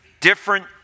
different